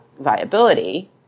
viability